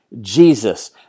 Jesus